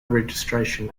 registration